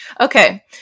Okay